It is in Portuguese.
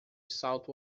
salto